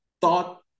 thought